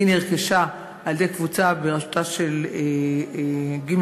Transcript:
היא נרכשה על-ידי קבוצה בראשותה של ג.